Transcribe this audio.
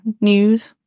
news